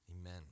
Amen